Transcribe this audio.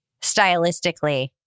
stylistically